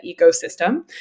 ecosystem